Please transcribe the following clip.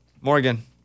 Morgan